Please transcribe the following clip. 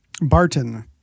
Barton